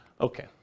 Okay